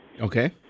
Okay